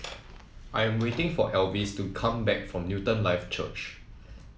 I am waiting for Elvis to come back from Newton Life Church